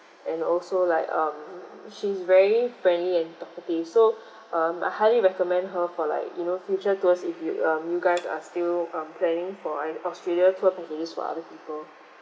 and also like um she's very friendly and talkative so um I highly recommend her for like you know future tours if you um you guys are still um planning for an australia tour packages for other people